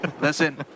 listen